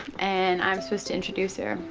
and i'm supposed to introduce her,